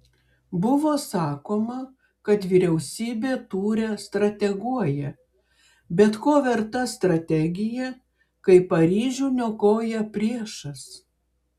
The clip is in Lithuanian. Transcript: buvo sakoma kad vyriausybė tūre strateguoja bet ko verta strategija kai paryžių niokoja priešas